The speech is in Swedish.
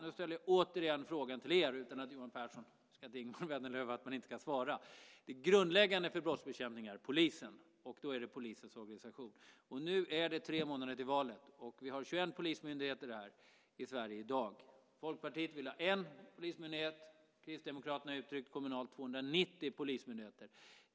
Nu säger jag återigen till er utan att kräva att Johan Pehrson eller Ingemar Vänerlöv behöver svara: Det grundläggande för brottsbekämpning är polisen. Då är det polisens organisation det handlar om. Nu är det tre månader kvar till valet. Vi har i dag 21 polismyndigheter i Sverige. Folkpartiet vill ha en enda polismyndighet. Kristdemokraterna har kommunalt gett uttryck för 290 polismyndigheter.